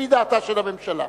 לפי דעתה של הממשלה.